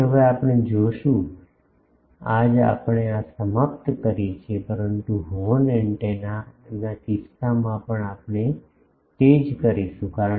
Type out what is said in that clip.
તેથી હવે આપણે જોશું આજ આપણે આ સમાપ્ત કરીએ છીએ પરંતુ હોર્ન એન્ટેનાના કિસ્સામાં પણ આપણે તે જ કરીશું